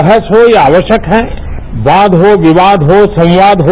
बहस हो ये आवश्यक है वाद हो विवाद हो संवाद हो